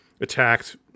attacked